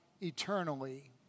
eternally